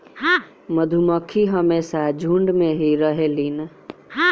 मधुमक्खी हमेशा झुण्ड में ही रहेलीन